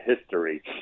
history